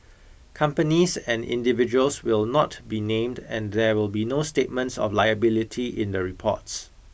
companies and individuals will not be named and there will be no statements of liability in the reports